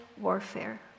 warfare